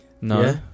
No